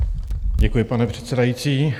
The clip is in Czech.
Děkuji, pane předsedající.